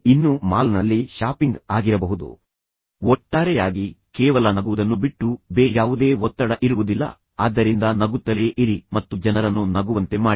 ಇನ್ನು ಮಾಲ್ನಲ್ಲಿ ಶಾಪಿಂಗ್ ಆಗಿರಬಹುದು ಅದು ಅವರ ನೆಚ್ಚಿನ ಆಹಾರವನ್ನು ತಿನ್ನುವುದು ಮತ್ತು ಒಟ್ಟಾರೆಯಾಗಿ ಕೇವಲ ನಗುವುದನ್ನು ಬಿಟ್ಟು ಬೇರೆ ಯಾವುದೇ ಒತ್ತಡ ಇರುವುದಿಲ್ಲ ಆದ್ದರಿಂದ ನಗುತ್ತಲೇ ಇರಿ ಮತ್ತು ಜನರನ್ನು ನಗುವಂತೆ ಮಾಡಿ